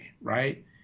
right